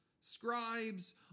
Scribes